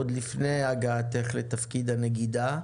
עוד לפני הגעתך לתפקיד הנגידה.